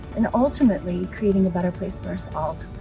and ultimately, creating a better place for us all to